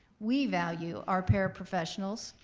we value our paraprofessionals,